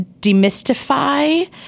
demystify